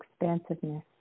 expansiveness